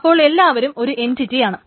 അപ്പോൾ എല്ലാവരും ഒരു എൻറ്റിറ്റിയാണ്